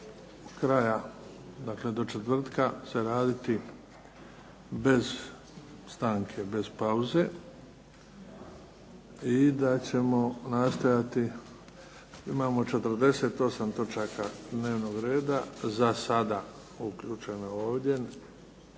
kraja, dakle do četvrtka se raditi bez stanke, bez pauze i da ćemo nastojati. Imamo 48 točaka dnevnog reda za sada uključene ovdje.